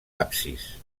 absis